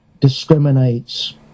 discriminates